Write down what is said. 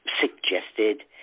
suggested